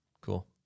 Cool